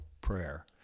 prayer